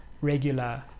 regular